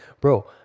bro